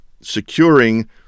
securing